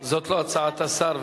זאת לא הצעת השר,